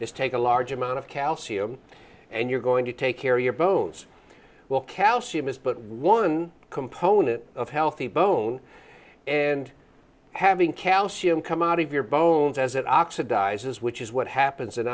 is take a large amount of calcium and you're going to take care of your bones well calcium is but one component of healthy bone and having calcium come out of your bones as it oxidizes which is what happens in